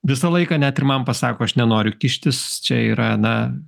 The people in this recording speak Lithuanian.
visą laiką net ir man pasako aš nenoriu kištis čia yra na